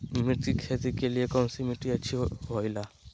मिर्च की खेती के लिए कौन सी मिट्टी अच्छी होईला?